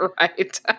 right